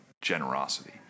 generosity